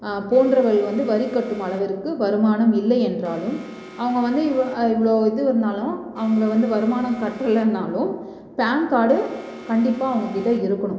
போன்றவர்கள் வந்து வரி கட்டும் அளவிற்கு வருமானம் இல்லை என்றாலும் அவங்க வந்து இவ இவ்வளோ இது வந்தாலும் அவங்கள வந்து வருமானம் கட்டலைன்னாலும் பேன் கார்டு கண்டிப்பாக அவங்க கிட்டே இருக்கணும்